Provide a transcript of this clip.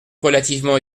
relativement